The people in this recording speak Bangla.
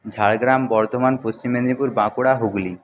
ঝাড়গ্রাম বর্ধমান পশ্চিম মেদিনীপুর বাঁকুড়া হুগলি